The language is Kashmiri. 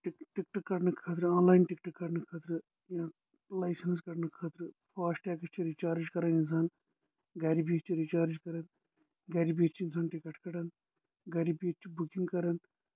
ٹِک ٹکٹہٕ کڑنہٕ خٲطرٕ آن لاین ٹِکٹہٕ کڑنہٕ خٲطرٕ لایسنس کَڑنہٕ خٲطرٕ فاسٹگس چھ رِچارٕج کَران اِنسان گرِ بہِتھ چھ رِچارج کران گرِ بہِتھ چھ اِنسان ٹکٹ کَڈان گرِ بہتھ چھ بُکنٛگ کران